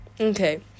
okay